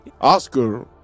Oscar